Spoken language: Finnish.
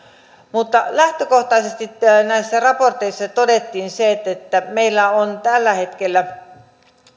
lähtökohtaisesti näissä raporteissa todettiin se että meillä on tällä hetkellä